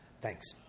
Thanks